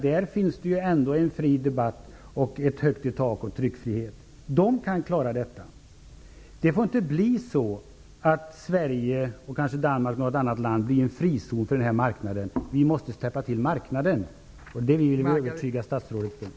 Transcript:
Där finns en fri debatt, och det är högt i tak för tryckfriheten, men där kan man klara detta. Det får inte bli så att Sverige, kanske vid sidan om Danmark och något annat land, kommer att utgöra en frizon för denna marknad. Vi måste täppa till marknaden, och det är det som jag vill övertyga statsrådet om.